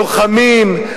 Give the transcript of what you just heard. לוחמים,